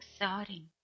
exciting